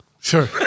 Sure